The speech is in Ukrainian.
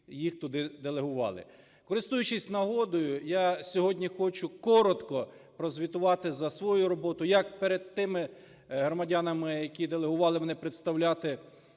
їх туди делегували. Користуючись нагодою, я сьогодні хочу коротко прозвітувати за свою роботу як перед тими громадянами, які делегували мене представляти